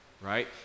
right